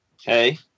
Hey